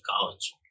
college